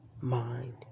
mind